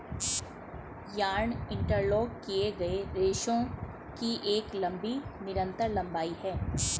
yarn interlock किए गए रेशों की एक लंबी निरंतर लंबाई है